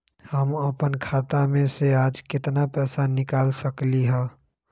हम अपन खाता में से आज केतना पैसा निकाल सकलि ह?